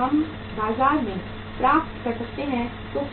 हम बाजार में प्राप्त कर सकते हैं तो क्या होगा